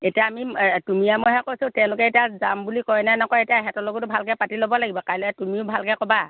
এতিয়া আমি তুমিয়ে মইয়েহে কৈছোঁ তেওঁলোকে এতিয়া যাম বুলি কয়নে নকয় এতিয়া সিহঁতৰ লগতো ভালকৈ পাতি ল'ব লাগিব কাইলৈ তুমিও ভালকৈ ক'বা